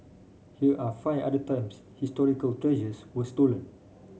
here are five other times historical treasures were stolen